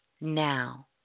now